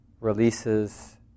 releases